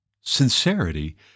sincerity